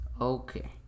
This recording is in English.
okay